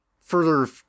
further